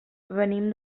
venim